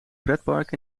pretpark